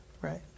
Right